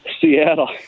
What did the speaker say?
Seattle